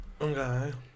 Okay